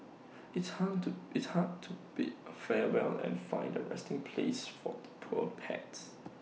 it's hard to it's hard to bid A farewell and find A resting place for the poor pets